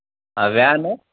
van